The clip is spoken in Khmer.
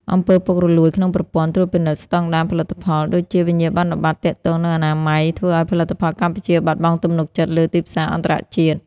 អំពើពុករលួយ ក្នុងប្រព័ន្ធត្រួតពិនិត្យស្ដង់ដារផលិតផល (ដូចជាវិញ្ញាបនបត្រទាក់ទងនឹងអនាម័យ) ធ្វើឱ្យផលិតផលកម្ពុជាបាត់បង់ទំនុកចិត្តលើទីផ្សារអន្តរជាតិ។